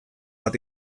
bat